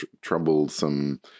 troublesome